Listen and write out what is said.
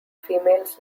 females